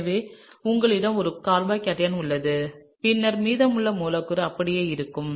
எனவே உங்களிடம் ஒரு கார்போகேட்டையான் உள்ளது பின்னர் மீதமுள்ள மூலக்கூறு அப்படியே இருக்கும்